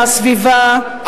מהסביבה,